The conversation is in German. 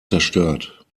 zerstört